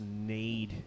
need